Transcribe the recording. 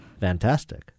Fantastic